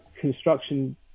construction